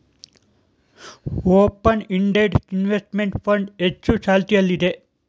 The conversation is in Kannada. ಓಪನ್ ಇಂಡೆಡ್ ಇನ್ವೆಸ್ತ್ಮೆಂಟ್ ಫಂಡ್ ಹೆಚ್ಚು ಚಾಲ್ತಿಯಲ್ಲಿದೆ